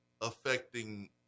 affecting